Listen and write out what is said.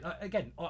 Again